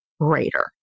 greater